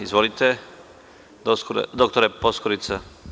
Izvolite, dr Poskurica.